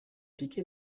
piqué